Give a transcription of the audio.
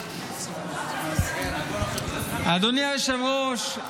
אדוני היושב-ראש,